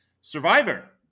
Survivor